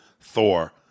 Thor